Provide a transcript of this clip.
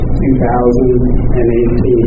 2018